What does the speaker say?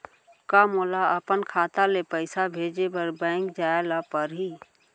का मोला अपन खाता ले पइसा भेजे बर बैंक जाय ल परही?